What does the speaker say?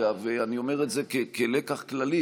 אני אומר את זה כלקח כללי,